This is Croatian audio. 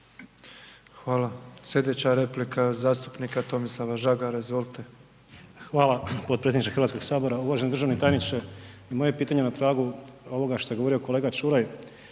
Hvala. Slijedeća replika zastupnika Tomislava Žagara, izvolite. **Žagar, Tomislav (HSU)** Hvala potpredsjedniče Hrvatskog sabora. Uvaženi državni tajniče, moje pitanje je na tragu ovoga što je govorio kolega Čuraj,